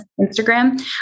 Instagram